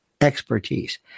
expertise